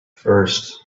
first